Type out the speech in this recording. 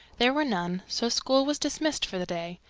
there were none, so school was dismissed for the day.